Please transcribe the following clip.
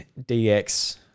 DX